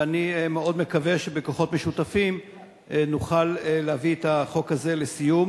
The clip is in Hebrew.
ואני מאוד מקווה שבכוחות משותפים נוכל להביא את החוק הזה לסיום.